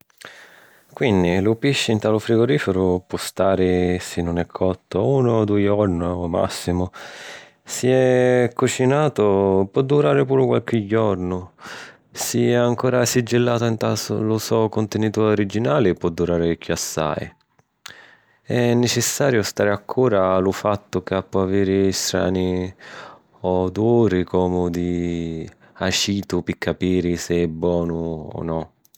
Quinni, lu pisci nta lu frigorìfiru po stari, si nun è cottu, unu o dui jorna ô màssimu. Si è cucinatu, po durari puru qualchi jornu. Si è ancora sigillatu nta lu so cuntinituri originali, po durari chiossai. È nicissariu stari accura a lu fattu ca po aviri strani oduri comu di acitu pi capiri si è bonu o no.